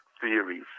Theories